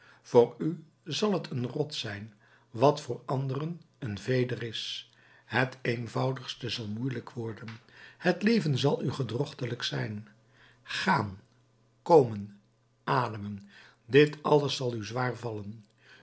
voor u zal t een rots zijn wat voor anderen een veder is het eenvoudigste zal moeielijk worden het leven zal u gedrochtelijk zijn gaan komen ademen dit alles zal u zwaar vallen